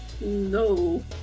No